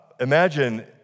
Imagine